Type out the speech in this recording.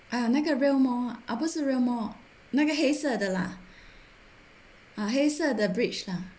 啊那个 rail mall 不是 rail mall 那个黑色的 lah 黑色的 bridge lah